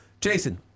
Jason